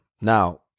Now